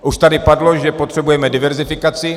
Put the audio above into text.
Už tady padlo, že potřebujeme diverzifikaci.